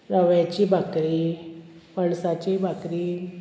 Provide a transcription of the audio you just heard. रव्याची भाकरी पणसाची भाकरी